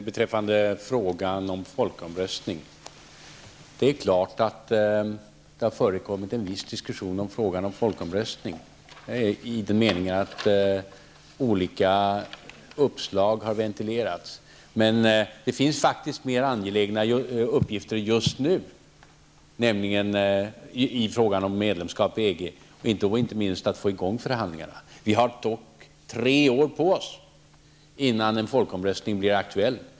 Herr talman! Det är klart att det har förekommit en viss diskussion beträffande folkomröstning. Olika uppslag har ventilerats. Men det finns faktiskt mer angelägna uppgifter just nu i fråga om medlemskap i EG, inte minst uppgiften att få i gång förhandlingarna. Vi har dock tre år på oss, innan en folkomröstning blir aktuell.